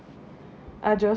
I just